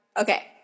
Okay